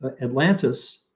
Atlantis